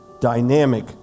dynamic